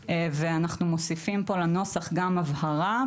ו-(ו)."; אנחנו מוסיפים פה לנוסח גם הבהרה,